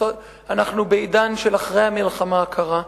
אנחנו בעידן של אחר המלחמה הקרה,